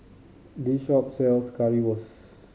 this shop sells Currywurst